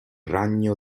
ragno